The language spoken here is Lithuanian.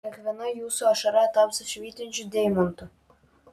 kiekviena jūsų ašara taps švytinčiu deimantu